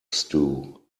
stew